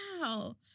Wow